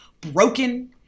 broken